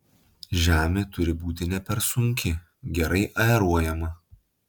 žemė turi būti ne per sunki gerai aeruojama